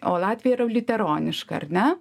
o latvija yra liuteroniška ar ne